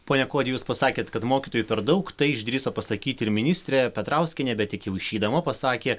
pone kuodi jūs pasakėt kad mokytojų per daug tai išdrįso pasakyt ir ministrė petrauskienė bet tik jau išeidama pasakė